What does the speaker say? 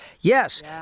Yes